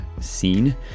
scene